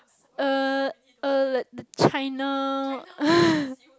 uh like the China